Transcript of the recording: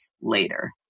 later